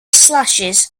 slashes